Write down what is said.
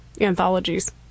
anthologies